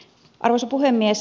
arvoisa puhemies